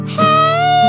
hey